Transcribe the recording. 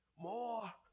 More